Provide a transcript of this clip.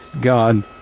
God